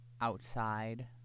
outside